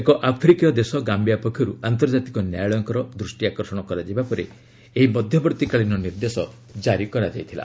ଏକ ଆଫ୍ରିକୀୟ ଦେଶ ଗାୟିଆ ପକ୍ଷରୁ ଆନ୍ତର୍ଜାତିକ ନ୍ୟାୟାଳୟଙ୍କର ଦୃଷ୍ଟି ଆକର୍ଷଣ କରାଯିବା ପରେ ଏହି ମଧ୍ୟବର୍ତ୍ତୀକାଳୀନ ନିର୍ଦ୍ଦେଶ କାରି କରାଯାଇଥିଲା